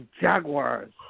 Jaguars